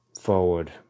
forward